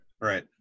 Right